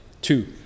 two